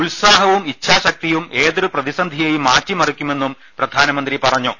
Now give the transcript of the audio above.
ഉത്സാഹവും ഇച്ഛാശ ക്തിയും ഏതൊരു പ്രതിസന്ധിയേയും മാറ്റിമറിക്കുമെന്നും പ്രധാനമന്ത്രി പറഞ്ഞു